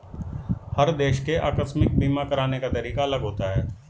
हर देश के आकस्मिक बीमा कराने का तरीका अलग होता है